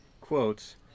quotes